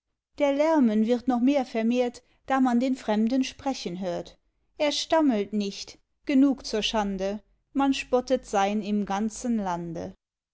der lärmen wird noch mehr vermehrt da man den fremden sprechen hört er stammelt nicht genug zur schande man spottet sein im ganzen lande